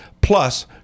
plus